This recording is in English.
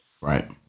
Right